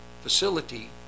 facility